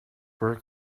were